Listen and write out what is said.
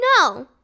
No